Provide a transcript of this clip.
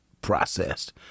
processed